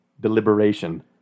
deliberation